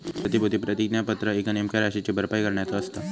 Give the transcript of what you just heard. प्रतिभूती प्रतिज्ञापत्र एका नेमक्या राशीची भरपाई करण्याचो असता